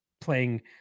playing